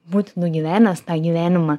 būti nugyvenęs tą gyvenimą